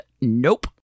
nope